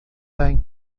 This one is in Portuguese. tem